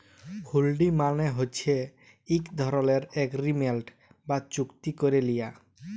হুল্ডি মালে হছে ইক ধরলের এগ্রিমেল্ট বা চুক্তি ক্যারে লিয়া